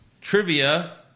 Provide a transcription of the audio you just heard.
Trivia